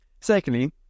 secondly